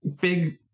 big